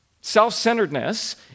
Self-centeredness